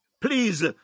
please